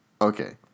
Okay